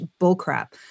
bullcrap